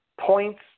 points